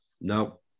No